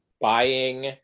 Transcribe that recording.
buying